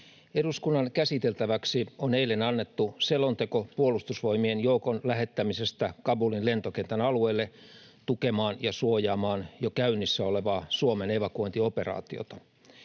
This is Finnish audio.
Eduskunnan käsiteltäväksi on eilen annettu selonteko Puolustusvoimien joukon lähettämisestä Kabulin lentokentän alueelle tukemaan ja suojaamaan jo käynnissä olevaa Suomen evakuointioperaatiota.